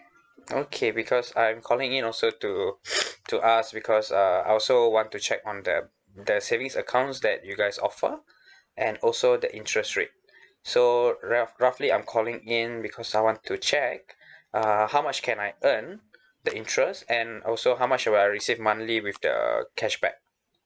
okay because I'm calling in also to to ask because uh I also want to check on the the savings accounts that you guys offer and also the interest rate so rough roughly I'm calling in because I want to check uh how much can I earn the interest and also how much will I receive monthly with the cashback